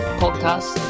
podcast